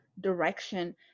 direction